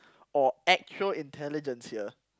or actual intelligence here